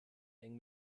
eng